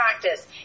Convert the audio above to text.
practice